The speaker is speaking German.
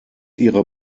ihrer